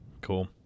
Cool